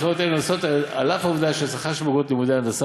בחירות אלה נעשות על אף העובדה שהשכר של בוגרות לימודי הנדסה